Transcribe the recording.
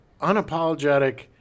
unapologetic